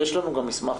יש לנו גם מסמך,